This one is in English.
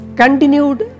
continued